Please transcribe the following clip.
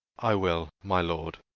i will, my lord.